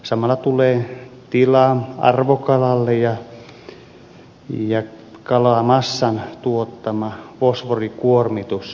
samalla tulee tilaa arvokalalle ja kalamassan tuottama fosforikuormitus saadaan pienenemään